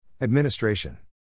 Administration